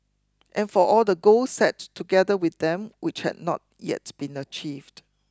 and for all the goals set together with them which had not yet been achieved